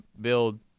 build